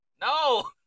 No